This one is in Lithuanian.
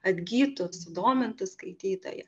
atgytų sudomintų skaitytoją